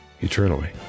eternally